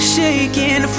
Shaking